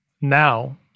now